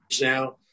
now